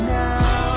now